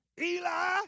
Eli